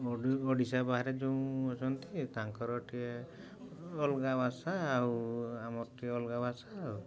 ଓଡ଼ିଶା ବାହାରେ ଯେଉଁ ଅଛନ୍ତି ତାଙ୍କର ଟିକେ ଅଲଗା ଭାଷା ଆଉ ଆମର ଟିକେ ଅଲଗା ଭାଷା ଆଉ